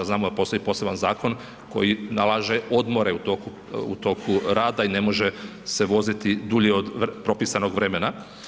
Znamo da postoji poseban zakon koji nalaže odmore u toku, u toku rada i ne može se voziti dulje od propisanog vremena.